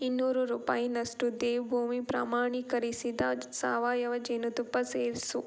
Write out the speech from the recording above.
ಇನ್ನೂರು ರೂಪಾಯಿಯಷ್ಟು ದೇವ್ಭೂಮಿ ಪ್ರಮಾಣೀಕರಿಸಿದ ಸಾವಯವ ಜೇನುತುಪ್ಪ ಸೇರಿಸು